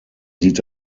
sieht